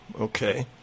okay